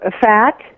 fat